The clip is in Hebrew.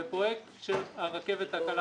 בפרויקט של הרכבת הקלה